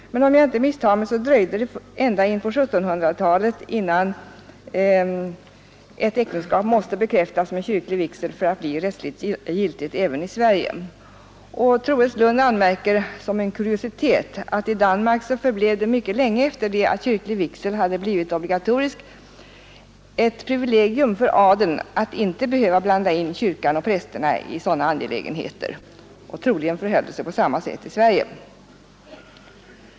Om jag inte missminner mig dröjde det dock ända in på 1700-talet innan ett äktenskap måste bekräftas med kyrklig vigsel för att bli rättsligt giltigt även i Sverige. Troels Lund anmärker som en kuriositet att i Danmark förblev det länge efter det att kyrklig vigsel hade blivit obligatorisk ett privilegium för adeln att inte behöva blanda in kyrkan och prästerna i sådana angelägenheter. Troligen förhöll det sig på samma sätt i Sverige.